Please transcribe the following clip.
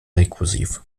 rekursiv